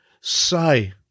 say